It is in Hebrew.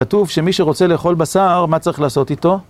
כתוב שמי שרוצה לאכול בשר, מה צריך לעשות איתו?